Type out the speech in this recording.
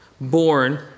Born